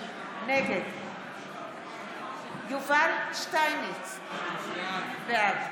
נגד יובל שטייניץ, בעד